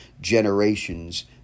generations